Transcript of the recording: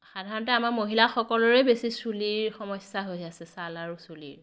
সাধাৰণতে আমাৰ মহিলাসকলৰেই বেছি চুলিৰ সমস্যা হৈ আছে ছাল আৰু চুলিৰ